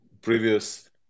previous